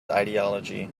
ideology